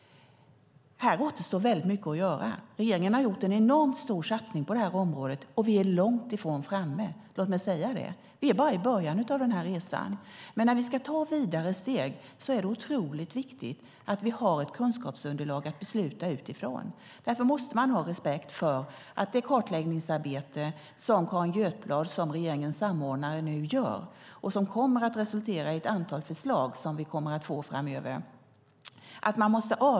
Här återstår väldigt mycket att göra. Regeringen har gjort en enormt stor satsning på det här området, men vi är långt ifrån framme - låt mig säga det. Vi är bara i början av den här resan, men när vi ska ta vidare steg är det otroligt viktigt att vi har kunskapsunderlag att besluta utifrån. Därför måste man ha respekt för och avvakta det kartläggningsarbete som Carin Götblad som regeringens samordnare nu gör och som kommer att resultera i ett antal förslag framöver.